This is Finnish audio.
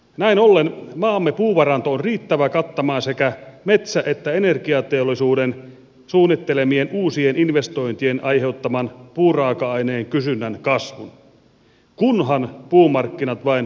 näin ollen maamme puuvaranto on riittävä kattamaan sekä metsä että energiateollisuuden suunnittelemien uusien investointien aiheuttaman puuraaka aineen kysynnän kasvun kunhan puumarkkinat vain toimivat tehokkaasti